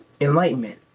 enlightenment